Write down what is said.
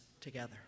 together